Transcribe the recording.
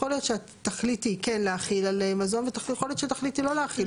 יכול להיות שאת תחליטי כן להחיל על מזון ויכול להיות שתחליטי לא להחיל.